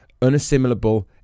unassimilable